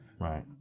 Right